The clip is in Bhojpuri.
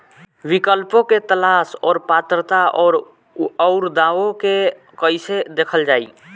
विकल्पों के तलाश और पात्रता और अउरदावों के कइसे देखल जाइ?